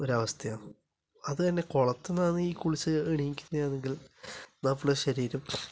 ഒരവസ്ഥയാണ് അത് തന്നെ കുളത്തില്നിന്നാണ് ഈ കുളിച്ച് എണീക്കുന്നതാണെങ്കില് നമ്മളെ ശരീരം